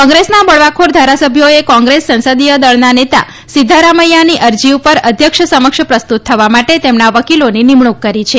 કોંગ્રેસના બળવાખોર ધારાસભ્યોએ કોંગ્રેસ સંસદીય દળના નેતા સિધ્ધારામૈયાની અરજી ઉપર અધ્યક્ષ સમક્ષ પ્રસ્તુત થવા માટે તેમના વકીલોની નિમણુંક કરી છે